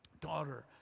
Daughter